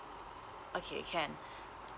okay can